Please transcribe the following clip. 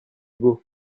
beau